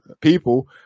people